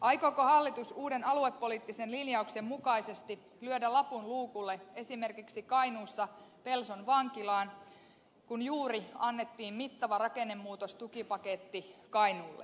aikooko hallitus uuden aluepoliittisen linjauksen mukaisesti lyödä lapun luukulle esimerkiksi kainuussa pelson vankilaan kun juuri annettiin mittava rakennemuutostukipaketti kainuulle